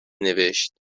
نوشت